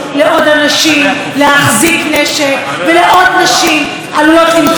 נשים עלולות למצוא את מותן באמצעות מאבטחים וכאלה,